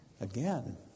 again